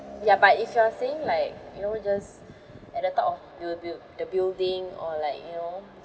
ya but if you are saying like you know just at the top of build build the building or like you know